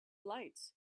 lights